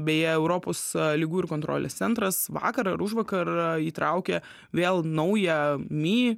beje europos ligų kontrolės centras vakar ar užvakar įtraukia vėl naują mi